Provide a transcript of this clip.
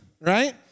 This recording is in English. right